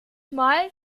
mal